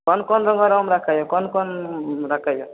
कोन कोन रङ्गके आम रखै हँ कोन कोन रखै हिय